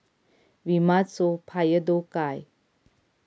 विमाचो फायदो काय?